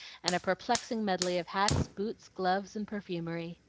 and a perplexing medley of hats, boots, gloves, and perfumery.